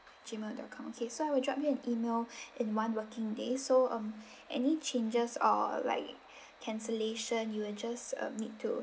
G mail dot com okay so I will drop you an email in one working day so um any changes or like cancellation you will just um need to